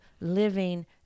living